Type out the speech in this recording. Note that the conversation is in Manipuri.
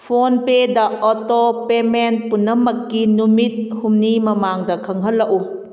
ꯐꯣꯟꯄꯦꯗ ꯑꯣꯇꯣꯄꯦꯃꯦꯟ ꯄꯨꯅꯃꯛꯀꯤ ꯅꯨꯃꯤꯠ ꯍꯨꯝꯅꯤ ꯃꯃꯥꯡꯗ ꯈꯪꯍꯜꯂꯛꯎ